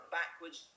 backwards